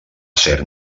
ser